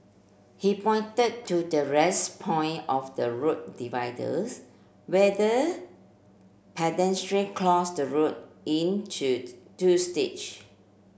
he pointed to the rest point of the road dividers whether pedestrian cross the road in to two stage